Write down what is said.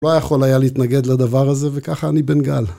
לא יכול היה להתנגד לדבר הזה, וככה אני בנגל.